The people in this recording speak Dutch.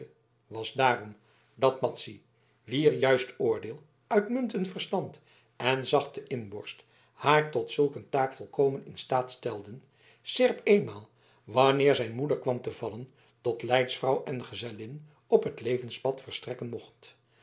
was daarom dat madzy wier juist oordeel uitmuntend verstand en zachte inborst haar tot zulk een taak volkomen in staat stelden seerp eenmaal wanneer zijn moeder kwam te vallen tot leidsvrouw en gezellin op s levens pad verstrekken